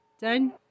Done